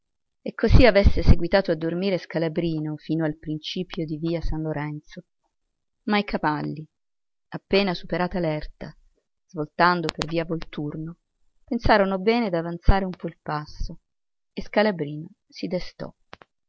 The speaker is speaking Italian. e così avesse seguitato a dormire scalabrino fino al principio di via san lorenzo ma i cavalli appena superata l'erta svoltando per via volturno pensarono bene d'avanzare un po il passo e scalabrino si destò